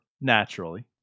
naturally